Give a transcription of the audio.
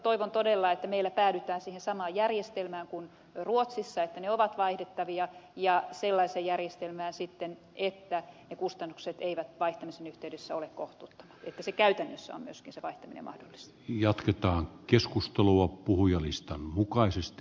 toivon todella että meillä päädytään siihen samaan järjestelmään kuin ruotsissa että ne ovat vaihdettavia ja sellaiseen järjestelmään että ne kustannukset eivät vaihtamisen yhteydessä ole kohtuuttomia että myöskin käytännössä se vaihtaminen on mahdollista